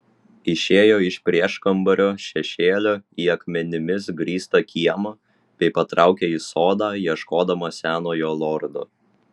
išėjo iš prieškambario šešėlio į akmenimis grįstą kiemą bei patraukė į sodą ieškodama senojo lordo